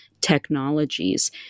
technologies